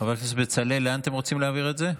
חבר הכנסת בצלאל, לאן אתם רוצים להעביר את זה?